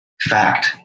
fact